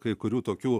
kai kurių tokių